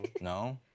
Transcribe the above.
No